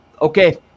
okay